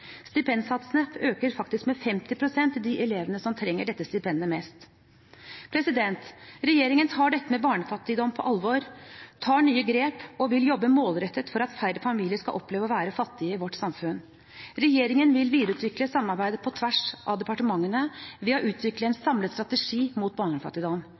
Stipendsatsene øker faktisk med 50 pst. for de elevene som trenger dette stipendet mest. Regjeringen tar dette med barnefattigdom på alvor, tar nye grep og vil jobbe målrettet for at færre familier skal oppleve å være fattige i vårt samfunn. Regjeringen vil videre utvikle samarbeidet på tvers av departementene ved å utvikle en samlet strategi mot barnefattigdom.